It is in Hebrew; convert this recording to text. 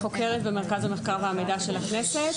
אני חוקרת במרכז המחקר והמידע של הכנסת.